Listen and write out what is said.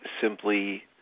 simply